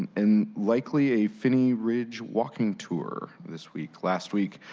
and likely a phinney ridge walking tour this week. last week,